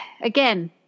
Again